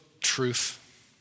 truth